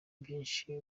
byinshi